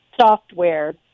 software